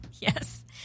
Yes